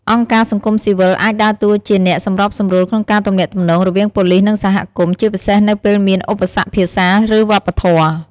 អង្គការសង្គមស៊ីវិលអាចដើរតួជាអ្នកសម្របសម្រួលក្នុងការទំនាក់ទំនង រវាងប៉ូលិស និងសហគមន៍ ជាពិសេសនៅពេលមានឧបសគ្គភាសា ឬវប្បធម៌។